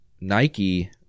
Nike